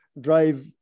drive